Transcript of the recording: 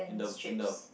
in the in the